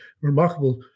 remarkable